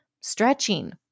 stretching